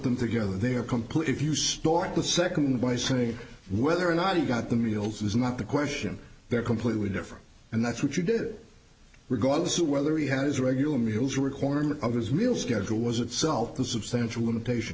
them together they are complete if you start the second by saying whether or not you got the meals is not the question they're completely different and that's what you do regardless of whether he has a regular meals requirement of his real schedule was itself a substantial limitation